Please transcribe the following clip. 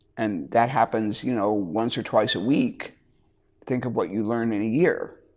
and that happens you know once or twice a week think of what you'd learn in a year.